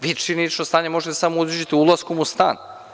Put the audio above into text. Vi činjenično stanje možete samo da utvrdite ulaskom u stan.